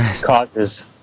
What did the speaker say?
causes